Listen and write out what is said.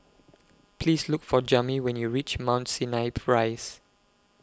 Please Look For Jami when YOU REACH Mount Sinai Prise